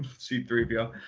c three p o.